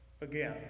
again